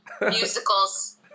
musicals